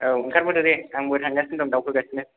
आव आंखारबोदो दे आंबो थांगासिनो दं दावखोगासिनो